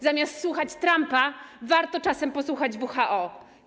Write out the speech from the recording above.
Zamiast słuchać Trumpa, warto czasem posłuchać WHO.